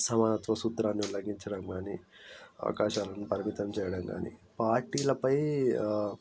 సమానత్వ సూత్రాలు ఉల్లగించడం కానీ అవకాశాలను పరిమితం చేయడం కానీ పార్టీలపై ఆ